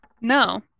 No